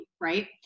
right